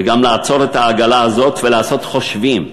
וגם לעצור את העגלה הזאת ולעשות חושבים.